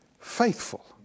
faithful